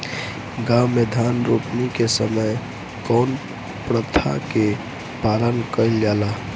गाँव मे धान रोपनी के समय कउन प्रथा के पालन कइल जाला?